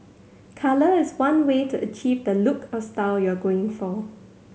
colour is one way to achieve the look or style you're going for